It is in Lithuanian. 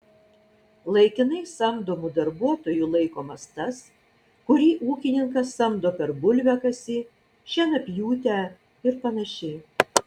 laikinai samdomu darbuotoju laikomas tas kurį ūkininkas samdo per bulviakasį šienapjūtę ir panašiai